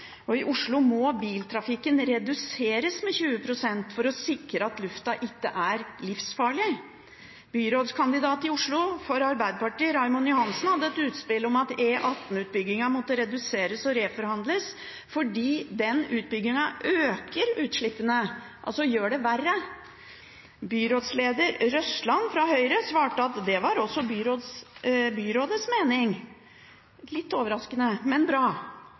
livsfarlig. Byrådskandidat i Oslo for Arbeiderpartiet, Raymond Johansen, hadde et utspill om at E18-utbyggingen måtte reduseres og reforhandles fordi utbyggingen øker utslippene – altså gjør det verre. Byrådsleder Røsland fra Høyre svarte at det var også byrådets mening – litt overraskende, men bra.